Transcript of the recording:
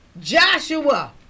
Joshua